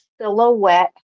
silhouette